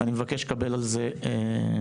אני מבקש לקבל על זה עדכון.